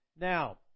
Now